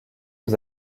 aux